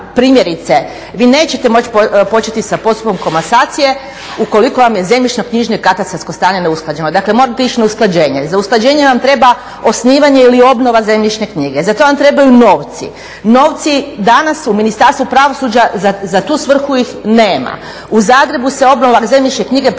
primjerice, vi nećete moći početi sa postupkom komasacije ukoliko vam je zemljišno-knjižno i katastarsko stanje ne usklađeno. Dakle, morate ići na usklađenje. Za usklađenje vam treba osnivanje ili obnova zemljišne knjige, za to vam trebaju novci. Novci danas u Ministarstvu pravosuđa za tu svrhu ih nema. U Zagrebu se obnova zemljišne knjige provodi po